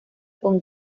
con